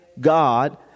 God